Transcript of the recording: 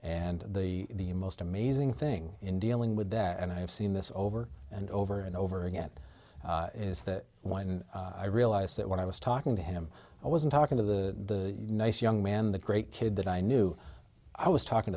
and the most amazing thing in dealing with that and i have seen this over and over and over again is that when i realized that when i was talking to him i wasn't talking to the nice young man the great kid that i knew i was talking